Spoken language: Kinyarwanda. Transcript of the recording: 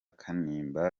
kanimba